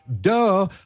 Duh